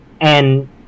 and-